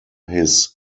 his